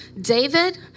David